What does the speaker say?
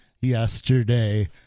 yesterday